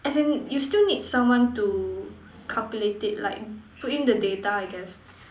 as in you still need someone to calculate it like put in the data I guess